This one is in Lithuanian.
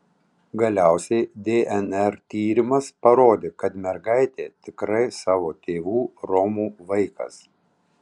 galiausiai dnr tyrimas parodė kad mergaitė tikrai savo tėvų romų vaikas